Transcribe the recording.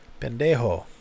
pendejo